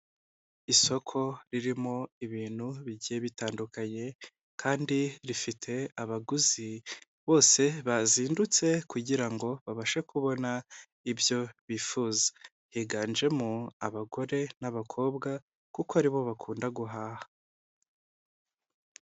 Isoko ririmo ibintu bigiye bitandukanye kandi rifite abaguzi, bose bazindutse kugira ngo babashe kubona ibyo bifuza, higanjemo abagore n'abakobwa, kuko aribo bakunda guhaha.